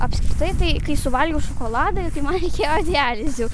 apskritai tai kai suvalgiau šokoladą ir kai man reikėjo dializių